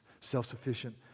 Self-sufficient